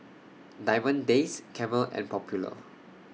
Diamond Days Camel and Popular